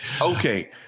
Okay